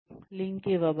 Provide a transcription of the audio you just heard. link ఇవ్వబడింది